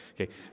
okay